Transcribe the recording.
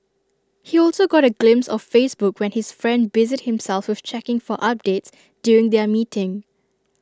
he also got A glimpse of Facebook when his friend busied himself with checking for updates during their meeting